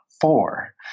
four